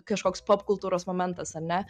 kažkoks popkultūros momentas ane